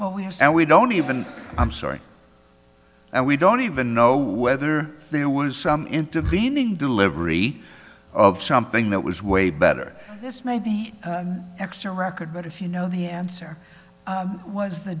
what we have and we don't even i'm sorry and we don't even know whether there was some intervening delivery of something that was way better this may be an extra record but if you know the answer was the